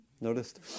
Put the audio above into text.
noticed